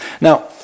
Now